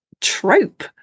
trope